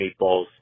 Meatballs